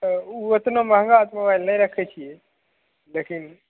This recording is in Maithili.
तऽ ओ उतना महँगा मोबाइल नहि रखै छियै लेकिन